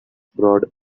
brought